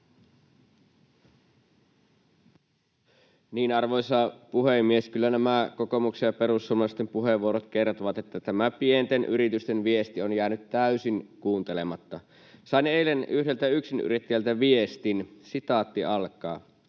Arvoisa puhemies! Kyllä nämä kokoomuksen ja perussuomalaisten puheenvuorot kertovat, että tämä pienten yritysten viesti on jäänyt täysin kuuntelematta. Sain eilen yhdeltä yksinyrittäjältä viestin: ”Voisitko